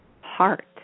heart